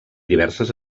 diverses